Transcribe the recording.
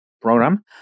program